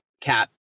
cat